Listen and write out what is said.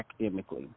academically